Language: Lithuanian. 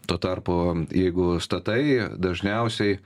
tuo tarpu jeigu statai dažniausiai